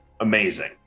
amazing